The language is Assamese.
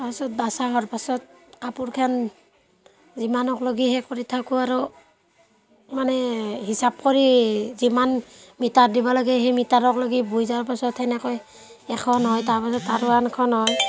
তাৰ পাছত বচা হোৱাৰ পাছত কাপোৰখন যিমানক লগি সেই কৰি থাকোঁ আৰু মানে হিচাপ কৰি যিমান মিটাৰ দিব লাগে সেই মিটাৰক লগি বৈ যোৱাৰ পিছত সেনেকৈ এখন হয় তাৰ পাছত আৰু আনখন হয়